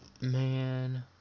Man